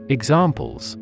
Examples